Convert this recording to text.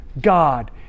God